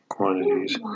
quantities